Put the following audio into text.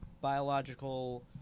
biological